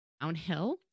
downhill